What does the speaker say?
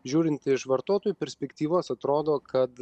žiūrint iš vartotojų perspektyvos atrodo kad